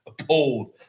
appalled